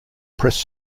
press